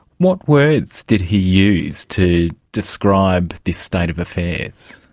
what words did he use to describe this state of affairs?